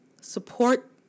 support